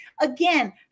Again